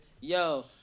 yo